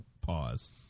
Pause